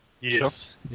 Yes